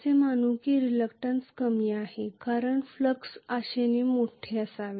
असे मानू की रिलक्टंन्स कमी आहेत कारण फ्लक्स मोठे असावे